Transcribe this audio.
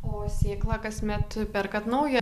o sėklą kasmet perkat naują